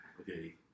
Okay